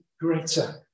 greater